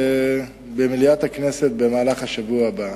ובמליאת הכנסת במהלך השבוע הבא.